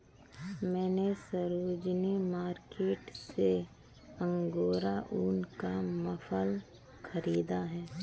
मैने सरोजिनी मार्केट से अंगोरा ऊन का मफलर खरीदा है